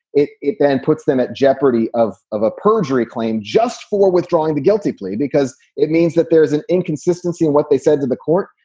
it it then puts them at jeopardy of of a perjury claim just for withdrawing the guilty plea, because it means that there is an inconsistency in what they said to the court.